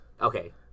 Okay